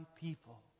people